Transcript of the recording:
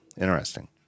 Interesting